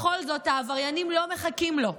בכל זאת, העבריינים לא מחכים לו.